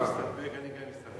אם הוא מסתפק אני גם מסתפק.